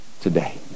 today